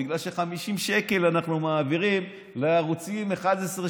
בגלל ש-50 שקל אנחנו מעבירים לערוצים 11,